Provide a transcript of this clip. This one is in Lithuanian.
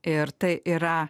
ir tai yra